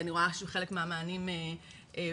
אני רואה שחלק מהמענים פותר,